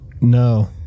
No